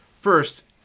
First